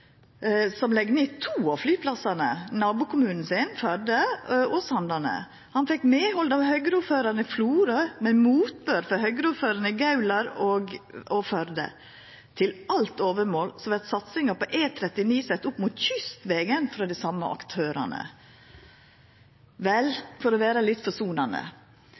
Florø legg ned to av flyplassane, i nabokommunen Førde og i Sandane. Han fekk medhald av Høgre-ordføraren i Florø, men motbør frå Høgre-ordføraren i Gaular og Førde. Til alt overmål vert satsinga på E39 sett opp mot kystvegen frå dei same aktørane. Vel, for å vera litt